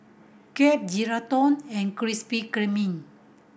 Gap Geraldton and Krispy Kreme